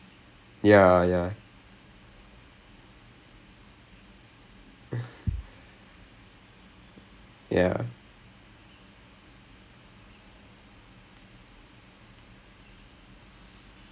ever again I mean I mean !wah! computer so boring I'm just like sitting in one place I'm doing some stuff okay !wah! and and then and then here come U_E I am not going to be like oh you know what I'll take mathematics U_E